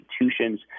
institutions